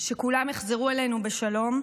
שכולם יחזרו אלינו בשלום.